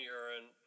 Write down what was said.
urine